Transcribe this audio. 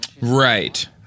Right